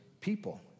People